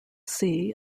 sea